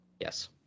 Yes